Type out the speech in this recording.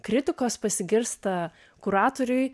kritikos pasigirsta kuratoriui